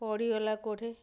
ପଡ଼ିଗଲା କେଉଁଠି